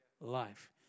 life